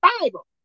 Bible